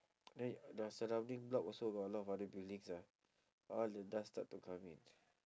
then the surrounding block also got a lot of other buildings ah all the dust start to come in